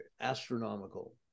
Astronomical